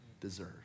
deserve